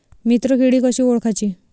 मित्र किडी कशी ओळखाची?